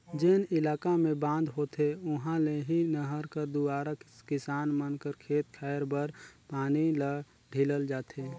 जेन इलाका मे बांध होथे उहा ले ही नहर कर दुवारा किसान मन कर खेत खाएर बर पानी ल ढीलल जाथे